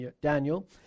Daniel